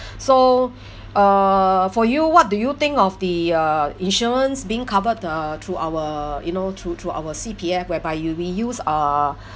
so uh for you what do you think of the uh insurance being covered the through our you know through through our C_P_F whereby you we use uh